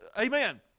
amen